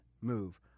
move